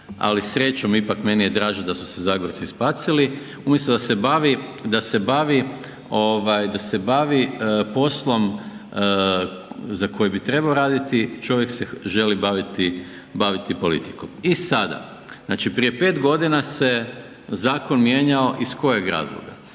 ali srećom, ipak meni je draže da su se Zagorci spasili umjesto da se bavi poslom za koji bi trebao raditi, čovjek se želi baviti politikom. I sada, znači prije 5 godina se zakon mijenjao iz kojeg razloga?